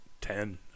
ten